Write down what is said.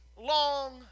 long